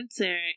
answer